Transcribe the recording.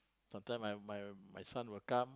not time my my my son will come